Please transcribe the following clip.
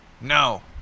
No